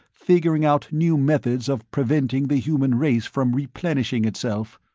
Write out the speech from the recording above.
figuring out new methods of preventing the human race from replenishing itself.